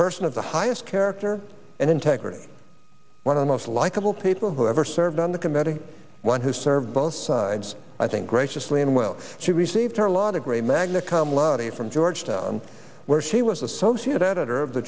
person of the highest character and integrity one of the most likable people who ever served on the committee one who served both sides i think graciously and well she received her law degree magna cum laude from georgetown where she was associate editor of the